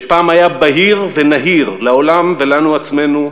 שפעם היה בהיר ונהיר לעולם ולנו עצמנו,